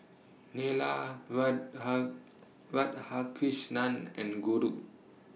Neila Radhakrishnan and Guru